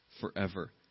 forever